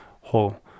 whole